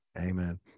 Amen